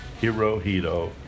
Hirohito